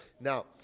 now